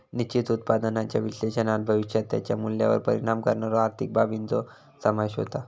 निश्चित उत्पन्नाच्या विश्लेषणात भविष्यात त्याच्या मूल्यावर परिणाम करणाऱ्यो आर्थिक बाबींचो समावेश होता